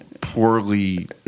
poorly